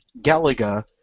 Galaga